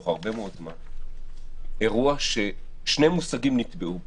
לאורך הרבה מאוד זמן, אירוע ששני מושגים נתבעו בו,